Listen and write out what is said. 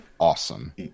Awesome